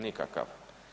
Nikakav.